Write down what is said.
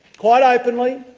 quite openly